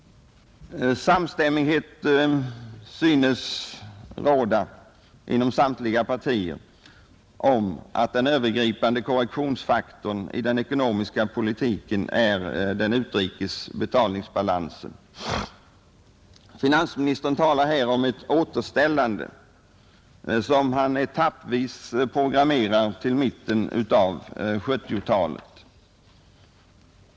Samstämmighet synes råda inom samtliga partier om att den övergripande korrektionsfaktorn i den ekonomiska politiken är den utrikes betalningsbalansen. Finansministern talar om ett återställande, som han etappvis programmerar till mitten av 1970-talet.